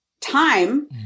time